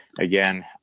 Again